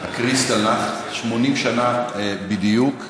ה-Kristallnacht, 80 שנה בדיוק.